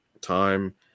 time